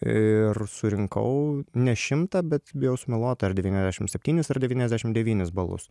ir surinkau ne šimtą bet bijau sumeluot ar devyniasdešim septynis ar devyniasdešim devynis balus